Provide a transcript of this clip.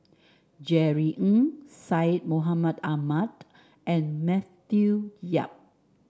Jerry Ng Syed Mohamed Ahmed and Matthew Yap